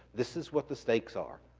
this is what the stakes are.